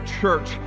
church